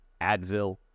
Advil